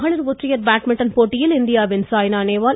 மகளிர் ஒற்றையர் பேட்மிட்டன் போட்டியில் இந்தியாவின் சாய்னா நேவால்